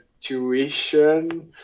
tuition